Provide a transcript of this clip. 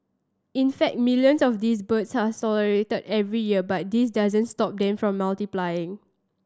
in fact millions of these birds are slaughtered every year but this doesn't stop them from multiplying